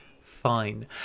fine